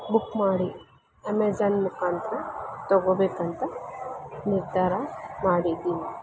book ಮಾಡಿ Amazon ಮುಖಾಂತ್ರ ತೊಗೋಬೇಕುಂತ ನಿರ್ಧಾರ ಮಾಡಿದ್ದೀನಿ